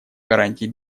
гарантий